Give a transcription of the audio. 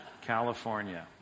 California